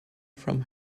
from